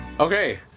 Okay